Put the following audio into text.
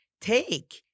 take